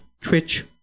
Twitch